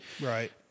Right